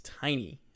tiny